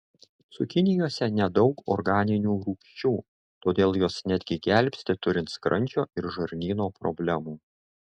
cukinijose nedaug organinių rūgčių todėl jos netgi gelbsti turint skrandžio ir žarnyno problemų